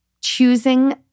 choosing